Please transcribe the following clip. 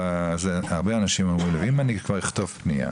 וכמו שאני שומע מהרבה אנשים שאומרים לי "אם אני כבר אכתוב פנייה,